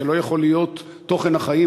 זה לא יכול להיות תוכן החיים,